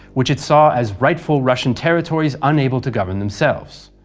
which it saw as rightful russian territories unable to govern themselves.